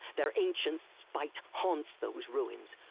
their ancient spite. haunts those ruins.